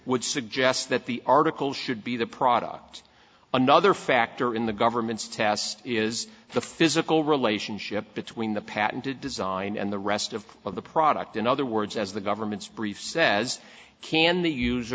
would suggest that the article should be the product another factor in the government's test is the physical relationship between the patented design and the rest of of the product in other words as the government's brief says can the use